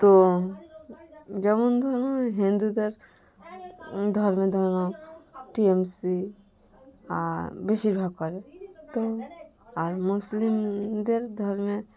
তো যেমন ধরুন হিন্দুদের ধর্মে ধর টি এম সি আর বেশিরভাগ করে তো আর মুসলিমদের ধর্মে